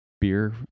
beer